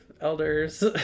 Elders